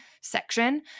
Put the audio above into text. section